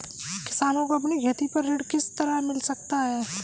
किसानों को अपनी खेती पर ऋण किस तरह मिल सकता है?